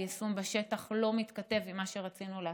היישום בשטח לא מתכתב עם מה שרצינו להשיג.